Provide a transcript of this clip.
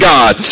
God